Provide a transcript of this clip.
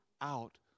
out